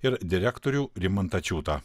ir direktorių rimantą čiūtą